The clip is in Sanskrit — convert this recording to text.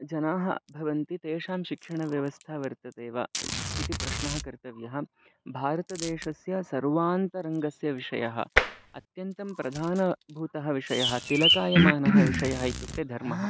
जनाः भवन्ति तेषां शिक्षणव्यवस्था वर्तते वा इति प्रश्नः कर्तव्यः भारतदेशस्य सर्वान्तरङ्गस्य विषयः अत्यन्तं प्रधानभूतः विषयः तिलकायमानः विषयः इत्युक्ते धर्मः